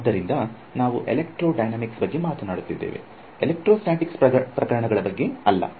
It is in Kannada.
ಆದ್ದರಿಂದ ನಾವು ಎಲೆಕ್ಟ್ರೋಡೈನಾಮಿಕ್ಸ್ ಬಗ್ಗೆ ಮಾತನಾಡುತ್ತಿದ್ದೇವೆ ಎಲೆಕ್ಟ್ರೋಸ್ಟಾಟಿಕ್ಸ್ ಪ್ರಕರಣಗಳ ಬಗ್ಗೆ ಅಲ್ಲ